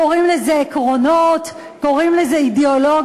קוראים לזה עקרונות, קוראים לזה אידיאולוגיה.